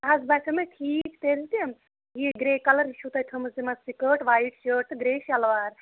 یہِ حظ باسیٚو مےٚ ٹھیٖک تیٚلہِ تہِ یہِ گِرے کَلَر یہِ چھو تۄہہِ تھٲومٕژ یِمَن سِکٲٹ وایِٹ شٲٹ تہٕ گِرے شَلوار